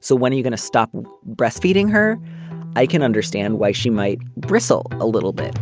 so when are you going to stop breastfeeding her i can understand why she might bristle a little bit